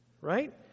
right